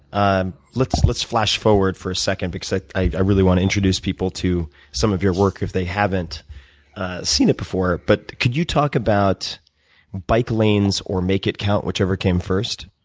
um let's let's flash forward for a second because i really want to introduce people to some of your work if they haven't seen it before. but could you talk about bike lanes or make it count, whichever came first?